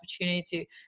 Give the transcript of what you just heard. opportunity